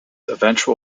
eventual